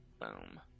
boom